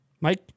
Mike